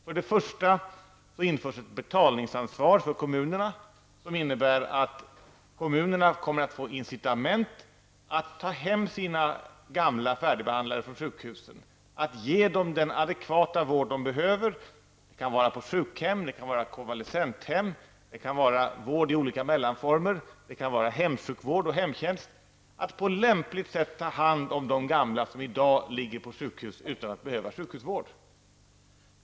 För det första införs ett betalningsansvar för kommunerna som innebär att kommunerna kommer att få incitament att ta hem sina gamla färdigbehandlade från sjukhusen och ge dem den adekvata vård de behöver. Det kan vara ett sjukhem, ett konvalescenthem, vård i olika mellanformer eller vård i hemsjukvård och hemtjänst. Man skall på lämpligt sätt ta hand om de gamla som i dag ligger på sjukhus utan att behöva sjukhusvård.